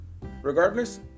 Regardless